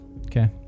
Okay